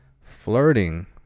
Flirting